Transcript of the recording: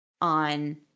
on